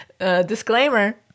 Disclaimer